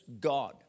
God